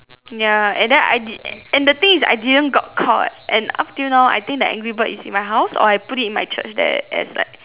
ya and then I did and the things is I didn't got caught and up till now I think the angry bird is in my house or I put it in my church there as like